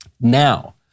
Now